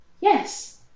Yes